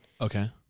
Okay